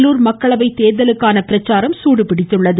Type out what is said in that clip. வேலூர் மக்களவை தேர்லுக்கான பிரச்சாரம் சூடுபிடித்துள்ளது